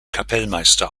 kapellmeister